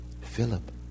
Philip